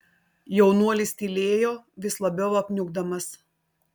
jaunuolis tylėjo vis labiau apniukdamas